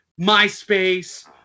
MySpace